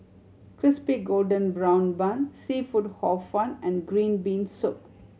Crispy Golden Brown Bun seafood Hor Fun and green bean soup